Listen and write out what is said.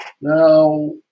Now